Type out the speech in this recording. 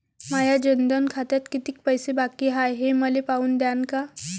माया जनधन खात्यात कितीक पैसे बाकी हाय हे पाहून द्यान का?